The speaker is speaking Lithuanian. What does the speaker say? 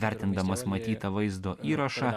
vertindamas matytą vaizdo įrašą